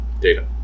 data